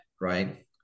right